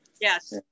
Yes